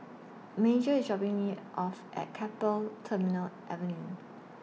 Major IS dropping Me off At Keppel Terminal Avenue